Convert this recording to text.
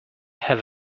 have